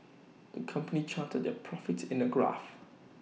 the company charted their profits in A graph